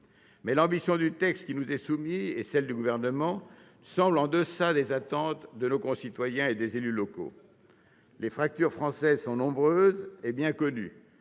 Mais l'ambition du texte qui nous est soumis et celle du Gouvernement semblent en deçà des attentes de nos concitoyens et des élus locaux. Les fractures françaises sont nombreuses et bien connues